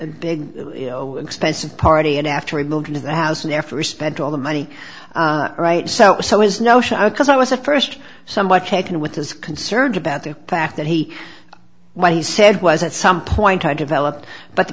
big expensive party and after we moved into the house and after we spent all the money all right so so it's no shock because i was a first somewhat taken with his concerns about the fact that he when he said was at some point i developed but the